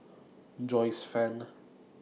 Joyce fan